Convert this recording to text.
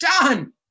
Done